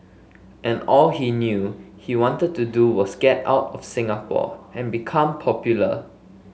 and all he knew he wanted to do was get out of Singapore and become popular